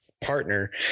partner